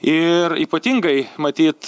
ir ypatingai matyt